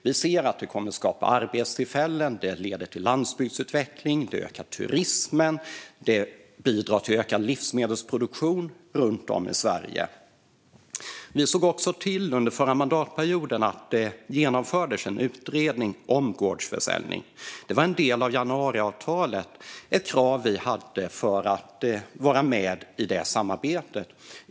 Vi ser att det kommer att skapa arbetstillfällen, att det leder till landsbygdsutveckling, att det ökar turismen och att det bidrar till ökad livsmedelsproduktion runt om i Sverige. Vi såg under den förra mandatperioden till att det genomfördes en utredning om gårdsförsäljning. Det var en del av januariavtalet och ett krav vi hade för att vara med i samarbetet.